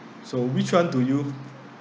so which one do you